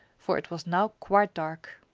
for it was now quite dark.